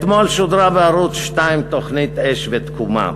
אתמול שודרה בערוץ 2 תוכנית "אש ואשמה"